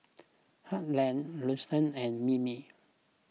Harland Luster and Mimi